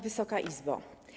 Wysoka Izbo!